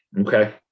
Okay